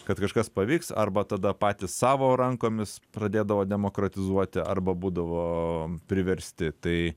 kad kažkas pavyks arba tada patys savo rankomis pradėdavo demokratizuoti arba būdavo priversti tai